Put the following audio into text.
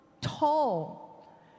tall